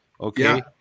okay